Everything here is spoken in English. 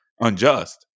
unjust